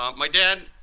um my dad